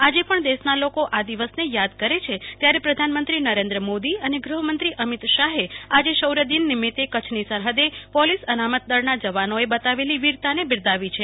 આજે પણ દશના લોકો આ દિવસને યાદ કરે છે પ્રધાનમંત્રી નરેન્દ મોદી ત્યારે અને ગ્રહમંત્રી અમિત શાહ આજે શૌર્ય નિમિતે કચ્છ ની સરહદે પોલીસ અનામત દળના જવાનો એ બતાવેલી વીરતાને બીરદાવો છે